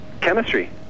Chemistry